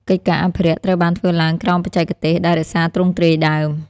កិច្ចការអភិរក្សត្រូវបានធ្វើឡើងក្រោមបច្ចេកទេស ដែលរក្សាទ្រង់ទ្រាយដើម។